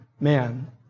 man